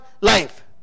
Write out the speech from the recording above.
life